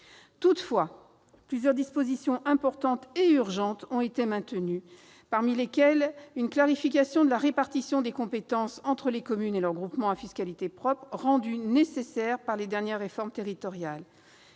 Toutefois, plusieurs dispositions importantes et urgentes ont été maintenues, parmi lesquelles figure une clarification de la répartition des compétences entre les communes et leurs groupements à fiscalité propre, rendue nécessaire par les dernières réformes territoriales.